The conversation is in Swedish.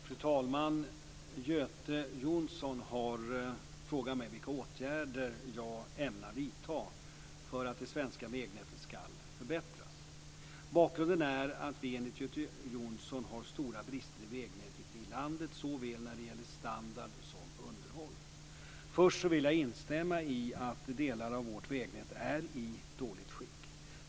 Fru talman! Göte Jonsson har frågat mig vilka åtgärder jag ämnar vidta för att det svenska vägnätet ska förbättras. Bakgrunden är att vi enligt Göte Jonsson har stora brister i vägnätet i landet såväl när det gäller standard som underhåll. Först vill jag instämma i att delar av vårt vägnät är i dåligt skick.